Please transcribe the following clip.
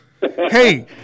Hey